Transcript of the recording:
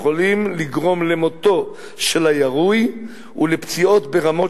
הם יכולים לגרום למותו של הירוי ולפציעות ברמות